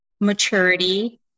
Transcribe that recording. maturity